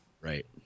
Right